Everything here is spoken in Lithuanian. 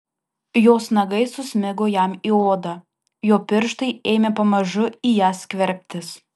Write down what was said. jos nagai susmigo jam į odą jo pirštai ėmė pamažu į ją skverbtis